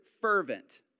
fervent